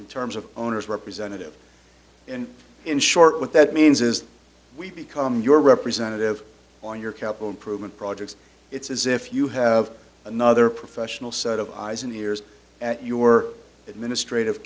in terms of owners representative and in short what that means is we become your representative on your capital improvement projects it's as if you have another professional set of eyes and ears at your administrative